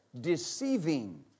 Deceiving